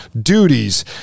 duties